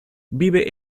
vive